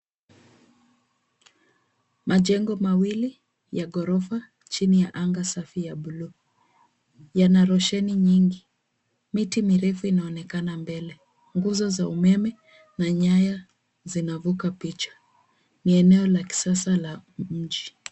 Majengo mawili ya ghorofa chini ya anga safi ya blue . Yana rosheni nyingi. Miti mirefu inaonekana mbele. Nguzo za umeme na nyaya zinavuka picha. Ni eneo la kisasa la mji.